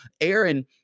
Aaron